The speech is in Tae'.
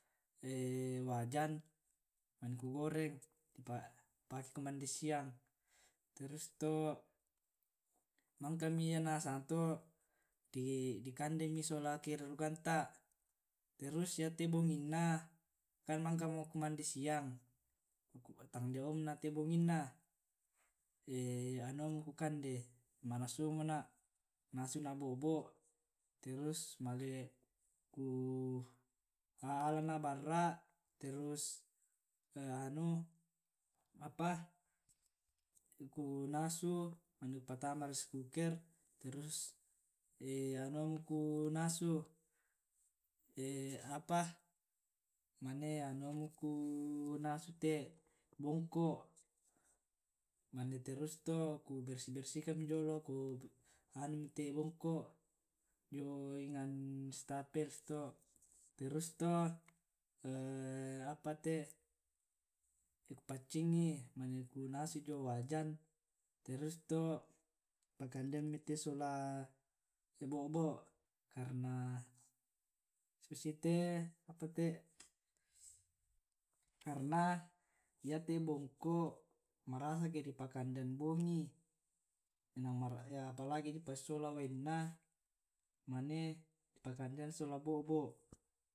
wajan, mane ku goreng pa pake kumande siang, terus to mangkami ya nasang to dikandemi sola keluarganta. terus yake bonginna, kan mangk mo kumande siang, tandia omona te bonginna, anu omo ku kande, ma'nasu omo na' nasu na bo'bo', terus male ku alana barra', terus anu apa ku nasu terus ku patama res kuker. Terus anu omo kunasu te bongko', mane terus to ku bersih bersihkan mi jolo ku anumi te bongko' jio enang westafel susito' Terus to ku paccingngi mane ku nasu jio wajan, terus to pakandean mite te sola bo'bo', karna susite karena yate bongko' marasa ke di pa'kandean bongi apalagi di pasisola wainna mane di pa'kandean sola bo'bo'